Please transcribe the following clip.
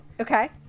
Okay